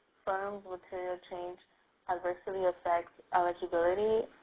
firm with material change adversely affects eligibility,